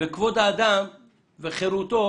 כבוד האדם וחירותו